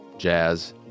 jazz